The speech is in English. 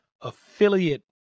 Affiliate